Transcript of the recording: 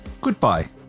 Goodbye